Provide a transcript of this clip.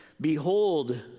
Behold